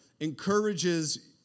encourages